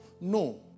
no